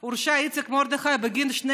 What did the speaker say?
הוא היה שם.